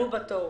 עלו בתוהו.